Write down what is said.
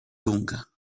lunga